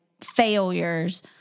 failures